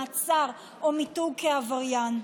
מעצר או מיתוג כעבריין.